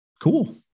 cool